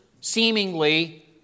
seemingly